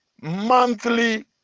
monthly